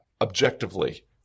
objectively